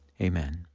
amen